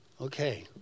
Okay